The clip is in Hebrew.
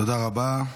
תודה רבה.